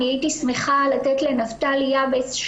הייתי שמחה לתת לנפתלי יעבץ,